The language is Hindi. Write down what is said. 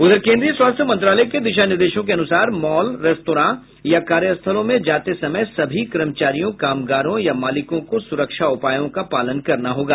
उधर केंद्रीय स्वास्थ्य मंत्रालय के दिशा निर्देशों के अनुसार मॉल रेस्तरां या कार्यस्थलों में जाते समय सभी कर्मचारियों कामगारों या मालिकों को सुरक्षा उपायों का पालन करना होगा